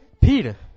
Peter